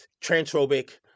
transphobic